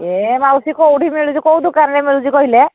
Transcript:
ଏ ମାଉସୀ କେଉଁଠି ମିଳୁଛି କେଉଁ ଦୋକାନରେ ମିଳୁଛି କହିଲେ